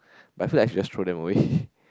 but I feel like I should just throw them away